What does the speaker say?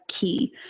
key